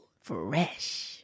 Fresh